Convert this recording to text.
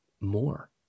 more